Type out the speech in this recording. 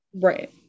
right